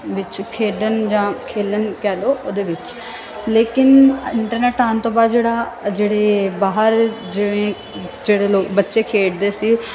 ਵਿੱਚ ਖੇਡਣ ਜਾਂ ਖੇਡਣ ਕਹਿ ਲਉ ਉਹਦੇ ਵਿੱਚ ਲੇਕਿਨ ਇੰਟਰਨੈਟ ਆਉਣ ਤੋਂ ਬਾਅਦ ਜਿਹੜਾ ਜਿਹੜੇ ਬਾਹਰ ਜਿਵੇਂ ਜਿਹੜੇ ਲੋਕ ਬੱਚੇ ਖੇਡਦੇ ਸੀ